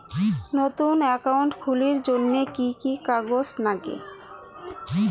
নতুন একাউন্ট খুলির জন্যে কি কি কাগজ নাগে?